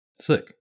Sick